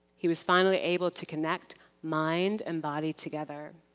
he was finally able to connect mind and body together.